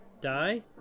die